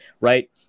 Right